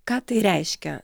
ką tai reiškia